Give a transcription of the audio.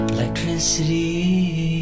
Electricity